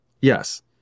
Yes